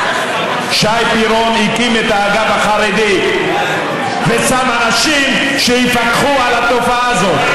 שי פירון הקים את האגף החרדי ושם אנשים שיפקחו על התופעה הזאת.